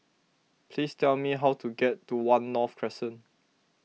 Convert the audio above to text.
please tell me how to get to one North Crescent